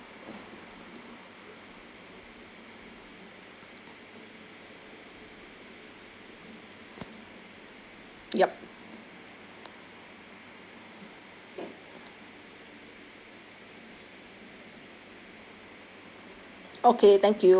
yup